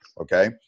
okay